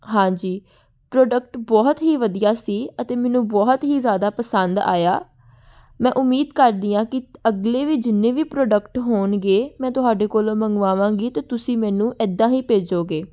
ਹਾਂਜੀ ਪ੍ਰੋਡਕਟ ਬਹੁਤ ਹੀ ਵਧੀਆ ਸੀ ਅਤੇ ਮੈਨੂੰ ਬਹੁਤ ਹੀ ਜ਼ਿਆਦਾ ਪਸੰਦ ਆਇਆ ਮੈਂ ਉਮੀਦ ਕਰਦੀ ਹਾਂ ਕਿ ਅਗਲੇ ਵੀ ਜਿੰਨੇ ਵੀ ਪ੍ਰੋਡਕਟ ਹੋਣਗੇ ਮੈਂ ਤੁਹਾਡੇ ਕੋਲੋਂ ਮੰਗਵਾਵਾਂਗੀ ਅਤੇ ਤੁਸੀਂ ਮੈਨੂੰ ਇੱਦਾਂ ਹੀ ਭੇਜੋਗੇ